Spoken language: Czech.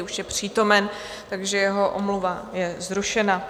Už je přítomen, takže jeho omluva je zrušena.